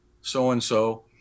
so-and-so